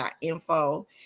Info